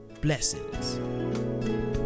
Blessings